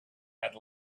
had